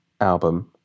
album